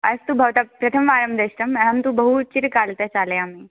अस्तु भवता प्रथमवारं दृष्टम् अहं तु बहु चिरकालतः चालयामि